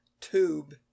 tube